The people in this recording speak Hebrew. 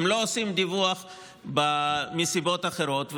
הם לא עושים דיווח מסיבות אחרות,